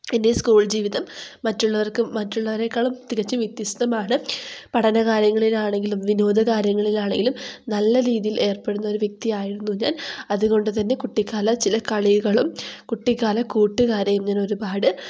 എൻ്റെ സ്കൂൾ ജീവിതം മറ്റുള്ളവർക്ക് മറ്റുള്ളവരെക്കാളും തികച്ചും വ്യത്യസ്തമാണ് പഠന കാര്യങ്ങളിലാണെങ്കിലും വിനോദ കാര്യങ്ങളിലാണെങ്കിലും നല്ല രീതിയിൽ ഏർപ്പെടുന്ന ഒരു വ്യക്തി ആയിരുന്നു ഞാൻ അതുകൊണ്ടുതന്നെ കുട്ടിക്കാല ചില കളികളും കുട്ടിക്കാല കൂട്ടുകാരെയും ഞാൻ ഒരുപാട്